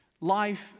life